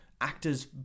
actors